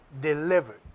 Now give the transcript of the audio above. delivered